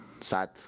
sad